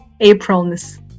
aprilness